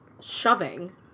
shoving